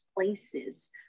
places